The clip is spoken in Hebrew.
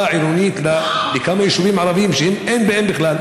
עירונית לכמה יישובים ערביים שאין בהם בכלל?